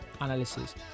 analysis